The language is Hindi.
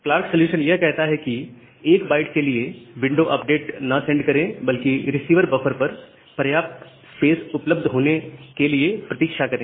क्लार्क सॉल्यूशन यह कहता है कि 1 बाइट के लिए विंडो अपडेट ना सेंड करें बल्कि रिसीवर बफर पर पर्याप्त स्पेस उपलब्ध होने के लिए प्रतीक्षा करें